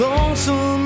Lonesome